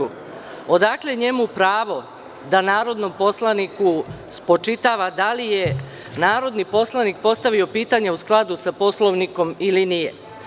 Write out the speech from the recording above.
Odakle njemu pravo da narodnom poslaniku spočitava da li je narodni poslanik postavio pitanje u skladu sa Poslovnikom ili nije?